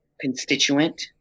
constituent